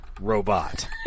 robot